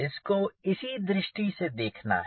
इसको इसी दृष्टि से देखना है